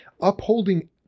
upholding